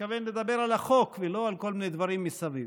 מתכוון לדבר על החוק ולא על כל מיני דברים מסביב,